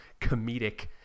comedic